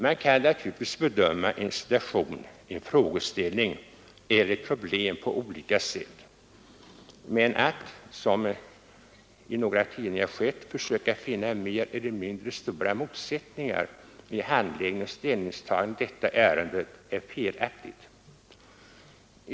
Man kan naturligtvis bedöma en situation, en frågeställning eller ett problem på olika sätt, men att — som i några tidningar gjorts — försöka finna mer eller mindre stora motsättningar i handläggning och ställnings tagande i detta ärende är felaktigt.